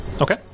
Okay